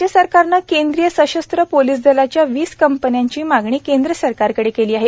राज्य सरकारनं केंद्रीय सशस्त्र पोलीस दलाच्या वीस कंपन्यांची मागणी केंद्र सरकारकडे केली आहे